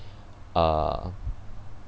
uh